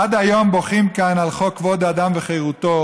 עד היום בוכים כאן על חוק כבוד האדם וחירותו,